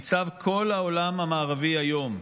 ניצב כל העולם המערבי היום.